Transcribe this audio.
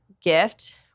gift